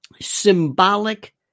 symbolic